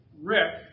Rick